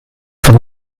von